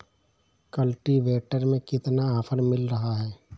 Cultivator में कितना offer मिल रहा है?